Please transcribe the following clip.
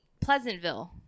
Pleasantville